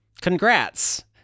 Congrats